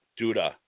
Duda